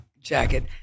jacket